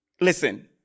Listen